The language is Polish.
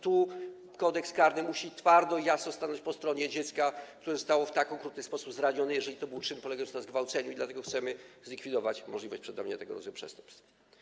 Tu Kodeks karny musi twardo i jasno stanąć po stronie dziecka, które zostało w tak okrutny sposób zranione, jeżeli to był czyn polegający na zgwałceniu, i dlatego chcemy zlikwidować możliwość przedawnienia tego rodzaju przestępstw.